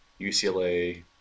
UCLA